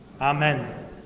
Amen